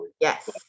Yes